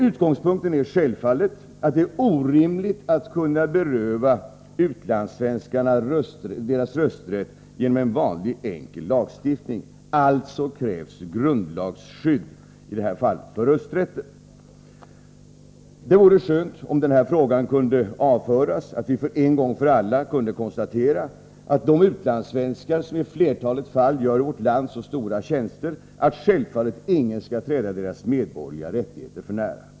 Utgångspunkten är självfallet att det är orimligt att beröva utlandssvenskarna deras rösträtt genom en vanlig enkel lagstiftning. Det krävs alltså i detta fall grundlagsskydd för rösträtten. Det vore skönt om denna fråga kunde avföras, att vi en gång för alla kunde konstatera att dessa utlandssvenskar i flertalet fall gör vårt land stora tjänster och att ingen skall träda deras medborgerliga rättigheter för när.